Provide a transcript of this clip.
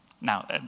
Now